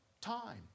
time